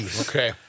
okay